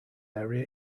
area